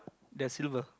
there's silver